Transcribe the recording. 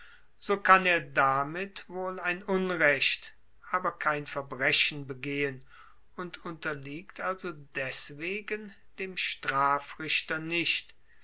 so kann er damit wohl ein unrecht aber kein verbrechen begehen und unterliegt also deswegen dem strafrichter nicht